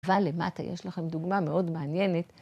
אבל למטה יש לכם דוגמה מאוד מעניינת.